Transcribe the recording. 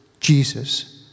Jesus